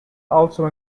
also